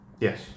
Yes